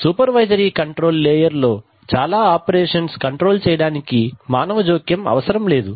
supervisory control layer లో చాలా operations control చేయడానికి మానవ జోక్యం అవసరం లేదు